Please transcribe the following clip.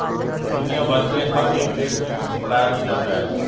दुनिया भर के हर एक देश में वित्त पढ़ाया भी जाता है